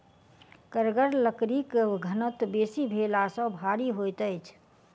कड़गर लकड़ीक घनत्व बेसी भेला सॅ भारी होइत अछि